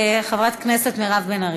חברת הכנסת מירב בן ארי.